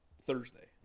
Thursday